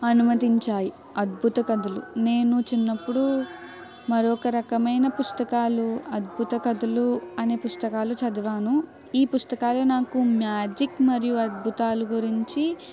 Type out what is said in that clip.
అనుమతించాయి అద్భుత కథలు నేను చిన్నప్పుడు మరొక రకమైన పుస్తకాలు అద్భుత కథలు అనే పుస్తకాలు చదివాను ఈ పుస్తకాలు నాకు మ్యాజిక్ మరియు అద్భుతాలు గురించి